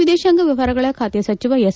ವಿದೇಶಾಂಗ ವ್ಯವಹಾರಗಳ ಖಾತೆ ಸಚಿವ ಎಸ್